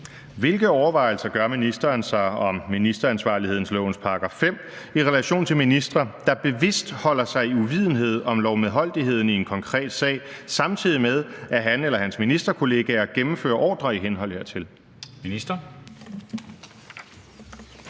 Hvilke overvejelser gør ministeren sig om ministeransvarlighedslovens § 5 i relation til ministre, der bevidst holder sig i uvidenhed om lovmedholdeligheden i en konkret sag, samtidig med at han eller hans ministerkollegaer gennemfører ordrer i henhold hertil?